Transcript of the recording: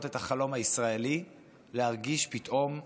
את החלום הישראלי להרגיש פתאום זרים,